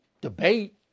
debate